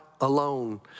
alone